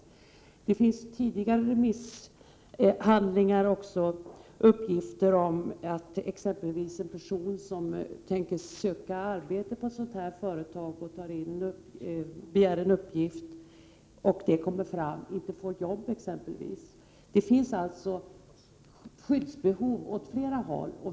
Det finns i tidigare remissyttranden också uppgifter om att exempelvis en person som begärt en uppgift om ett företag där han tänkt söka arbete sedan inte fått jobbet när detta kommit fram. Det finns alltså behov av skydd åt flera håll.